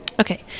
Okay